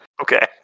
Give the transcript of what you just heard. Okay